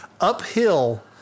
uphill